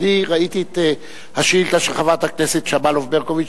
אני ראיתי את השאילתא של חברת הכנסת שמאלוב-ברקוביץ